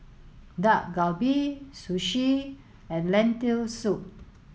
Dak Galbi Sushi and Lentil soup